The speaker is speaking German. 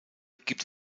gibt